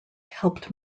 helped